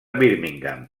birmingham